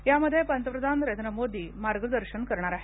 त्यात पंतप्रधान नरेंद्र मोदी मार्गदर्शन करणार आहेत